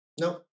No